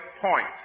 point